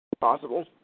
Possible